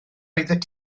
oeddet